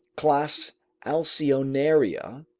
class alcyonaria,